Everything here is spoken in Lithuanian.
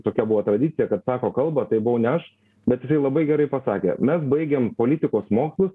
tokia buvo tradicija kad sako kalbą tai buvau ne aš bet labai gerai pasakė mes baigėm politikos mokslus